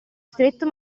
stretto